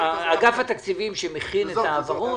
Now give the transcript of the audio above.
אגף התקציבים שמכין את ההעברות,